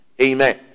Amen